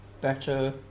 better